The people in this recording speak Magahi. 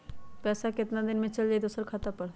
पैसा कितना दिन में चल जाई दुसर खाता पर?